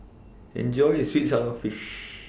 Enjoy your Sweet Sour Fish